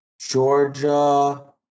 Georgia